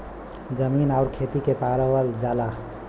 जमीन आउर खेती के पावल जाला